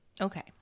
okay